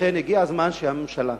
לכן, הגיע הזמן שהממשלה